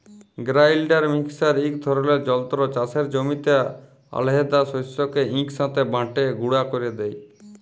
grinder mixer ইক ধরলের যল্তর চাষের জমির আলহেদা শস্যকে ইকসাথে বাঁটে গুঁড়া ক্যরে দেই